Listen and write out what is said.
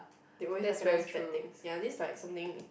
they always recognize bad things ya this like something